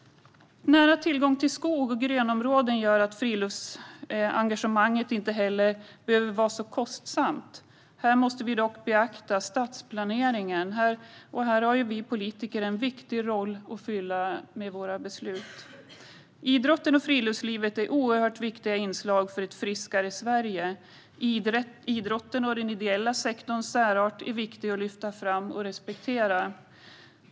Nära tillgång till skog och grönområden gör att friluftsengagemang inte heller behöver vara kostsamt. Här måste vi dock beakta stadsplaneringen, och där har vi politiker en viktig roll att fylla med våra beslut. Idrotten och friluftslivet är oerhört viktiga inslag för ett friskare Sverige. Idrottens och den ideella sektorns särart är viktig att lyfta fram och respektera.